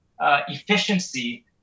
efficiency